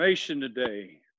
Today